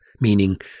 meaning